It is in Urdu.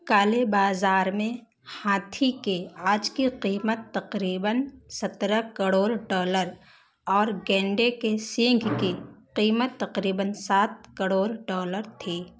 کالے بازار میں ہاتھی کے عاج کی قیمت تقریباً سترہ کڑوڑ ڈالر اور گینڈے کے سینگ کی قیمت تقریباً سات کڑوڑ ڈالر تھی